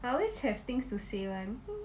I always have things to say [one]